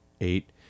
Eight